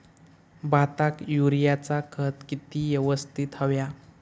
भाताक युरियाचा खत किती यवस्तित हव्या?